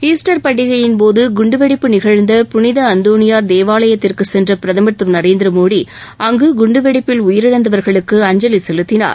Easter பண்டிகையின் போது குண்டுவெடிப்பு நிகழ்ந்த புனித அந்தோனியார் தேவாலயத்திற்கு சென்ற பிரதமர் திரு நரேந்திர மோடி அங்கு குண்டுவெடிப்பில் உயரிழந்தவர்களுக்கு அஞ்சலி செலுத்தினார்